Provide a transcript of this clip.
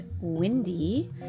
windy